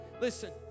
Listen